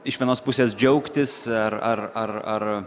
iš vienos pusės džiaugtis ar ar ar ar